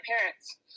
parents